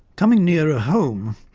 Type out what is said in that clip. coming nearer ah home,